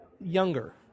younger